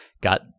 got